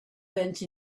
went